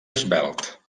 esvelt